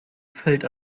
fällt